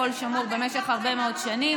הכול שמור במשך הרבה מאוד שנים,